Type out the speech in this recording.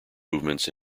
movements